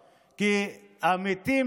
אני מאוד מאוד מוטרד,